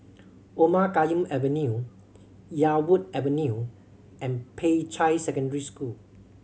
Omar Khayyam Avenue Yarwood Avenue and Peicai Secondary School